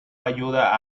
ayuda